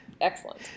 excellent